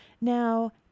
Now